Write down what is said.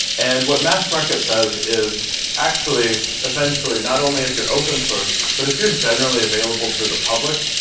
and what mass market says is actually essentially not only if you're open source but if you're generally available for the public,